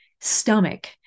stomach